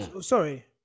Sorry